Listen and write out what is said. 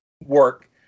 work